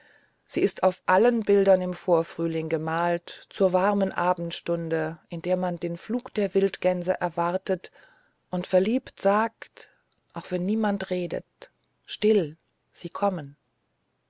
sie ist auf allen bildern im vorfrühling gemalt zur warmen abendstunde in der man den flug der wildgänse erwartet und verliebt sagt auch wenn niemand redet still sie kommen